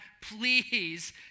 please